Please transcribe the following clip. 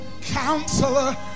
counselor